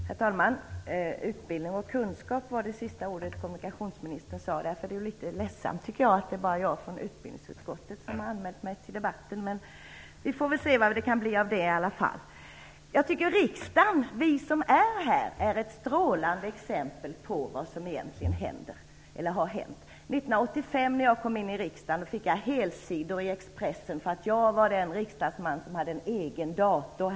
Herr talman! Utbildning och kunskap var det sista som kommunikationsministern talade om. Jag tycker att det är ledsamt att det bara är jag från utbildningsutskottet som har anmält mig till debatten. Vi får väl se vad det kan bli av det. Riksdagen - vi som är här - är ett strålande exempel på vad som har hänt. När jag kom in i riksdagen 1985 fick jag helsidor i Expressen för att jag var den riksdagsman som hade en egen dator.